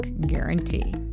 guarantee